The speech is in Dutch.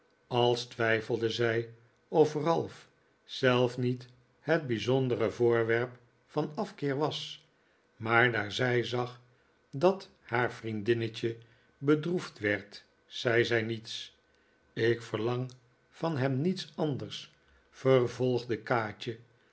als twijfelde zij of ralph zelf niet het bijzondere voorwerp van afkeer was maar daar zij zag dat haar vriendinnetje bedroefd werd zei zij niets ik verlang van hem niets anders vervolgde kaatje